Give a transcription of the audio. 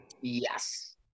yes